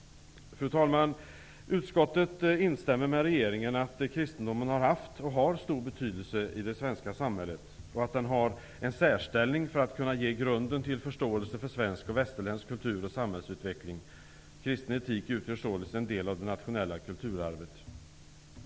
Fru talman! Utskottet instämmer med regeringen om att kristendomen har haft och har stor betydelse i de svenska samhället och att den har en särställning för att kunna ge grunden till förståelse för svensk och västerländsk kultur och samhällsutveckling. Kristen etik utgör således en del av det nationella kulturarvet.